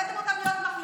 הבאתם אותם להיות מחליפים,